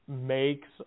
makes